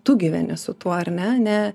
tu gyveni su tuo ar ne ne